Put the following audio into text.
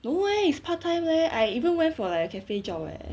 no eh it's part time leh I even went for like a cafe job eh